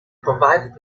provided